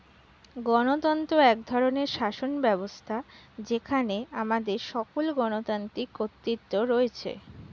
গণতন্ত্র এক ধরনের শাসনব্যবস্থা যেখানে আমাদের সকল গণতান্ত্রিক কর্তৃত্ব রয়েছে